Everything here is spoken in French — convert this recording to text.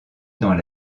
dans